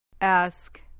Ask